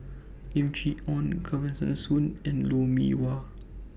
Lim Chee Onn Kesavan Soon and Lou Mee Wah